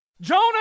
Jonah